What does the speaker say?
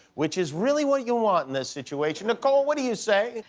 which is really what you want in this situation. nicole, what do you say?